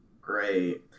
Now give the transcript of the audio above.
Great